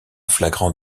flagrant